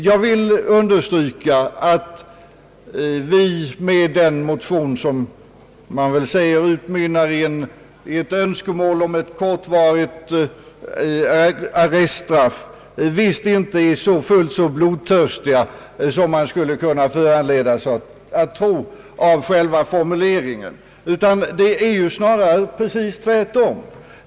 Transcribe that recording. Jag vill understryka att vi med motionen, som man väl kan säga utmynnar i ett önskemål om ett kortvarigt arreststraff, visst inte är så blodtörstiga som man skulle kunna föranledas att tro av själva ordet arreststraff. Det är snarare precis tvärtom.